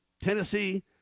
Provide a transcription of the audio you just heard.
Tennessee